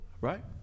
right